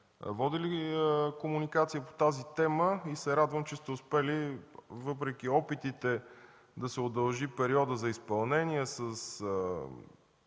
водили комуникация по тази тема. Радвам се, че сте успели въпреки опитите да се удължи периодът за изпълнение с,